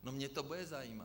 No mě to bude zajímat.